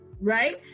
Right